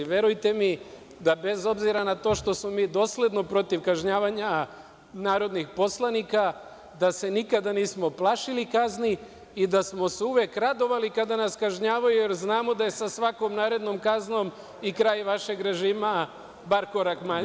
Verujte mi da bez obzira na to što smo mi dosledno protiv kažnjavanja narodnih poslanika, da se nikada nismo plašili kazni i da smo se uvek radovali kada nas kažnjavaju, jer znamo da je sa svakom narednom kaznom i kraj vašeg režima, bar korak bliže.